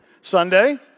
Sunday